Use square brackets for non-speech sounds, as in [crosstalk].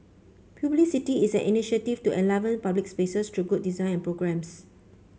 [unintelligible] is an initiative to enliven public spaces through good design and programmes